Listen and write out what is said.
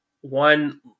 one